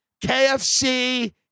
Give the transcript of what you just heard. KFC